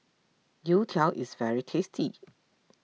Youtiao is very tasty